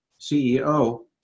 CEO